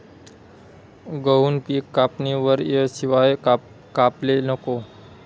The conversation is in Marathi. गहूनं पिक कापणीवर येवाशिवाय कापाले नको